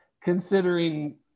considering